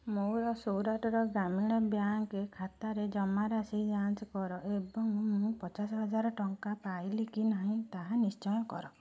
ମୋର ସୌରାଷ୍ଟ୍ରର ଗ୍ରାମୀଣ ବ୍ୟାଙ୍କ୍ ଖାତାରେ ଜମାରାଶି ଯାଞ୍ଚ କର ଏବଂ ମୁଁ ପଚାଶ ହଜାର ଟଙ୍କା ପାଇଲି କି ନାହିଁ ତାହା ନିଶ୍ଚୟ କର